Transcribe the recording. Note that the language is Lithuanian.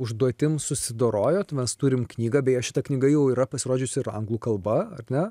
užduotim susidorojot mes turim knygą beje šita knyga jau yra pasirodžiusi ir anglų kalba ar ne